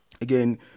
again